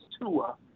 Tua